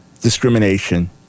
discrimination